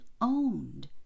owned